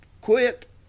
quit